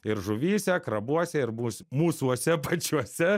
ir žuvyse krabuose ir bus mūsuose pačiuose